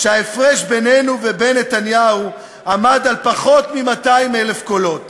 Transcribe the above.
שההפרש בינינו ובין נתניהו עמד על פחות מ-200,000 קולות